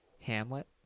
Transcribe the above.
hamlet